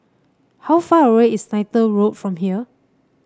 how far away is Neythal Road from here